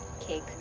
Cake